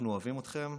אנחנו אוהבים אתכם.